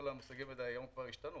כל המושגים האלה היום השתנו,